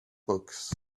books